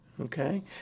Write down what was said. okay